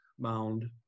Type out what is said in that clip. mound